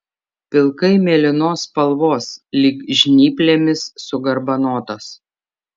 pilkai mėlynos spalvos lyg žnyplėmis sugarbanotas